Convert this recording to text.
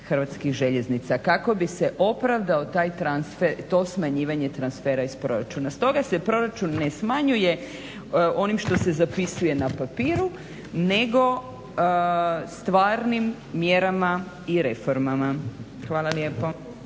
Hrvatskih željeznica, kako bi se opravdao taj transfer, to smanjivanje transfera iz proračuna. Stoga se proračun ne smanjuje onim što se zapisuje na papiru, nego stvarnim mjerama i reformama. Hvala lijepo.